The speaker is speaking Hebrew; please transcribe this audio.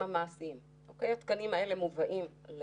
אנחנו רואים חלקם כן, חלקם לא